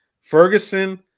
Ferguson